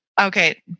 Okay